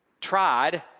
tried